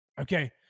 okay